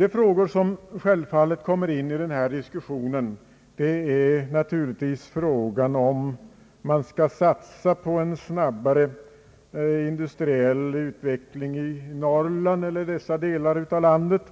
En fråga som självfallet kommer in i den här diskussionen är om man skall satsa på en snabbare industriell utveckling i dessa delar av landet